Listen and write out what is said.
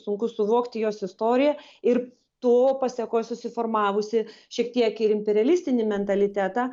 sunku suvokti jos istoriją ir to pasėkoj susiformavusį šiek tiek ir imperialistinį mentalitetą